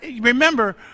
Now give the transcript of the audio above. remember